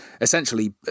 essentially